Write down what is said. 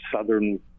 southern